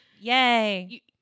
yay